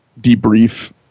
debrief